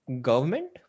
government